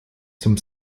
zum